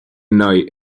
knight